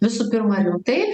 visų pirma rimtai